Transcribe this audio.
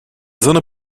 zona